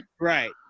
Right